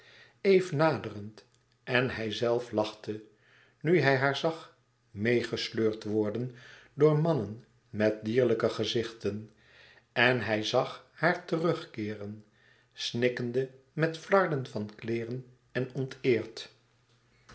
eve naderend en hijzelf lachte nu hij haar zag meêgesleurd worden door mannen met dierlijke gezichten en hij zag haar terugkeeren snikkende met flarden van kleêren en onteerd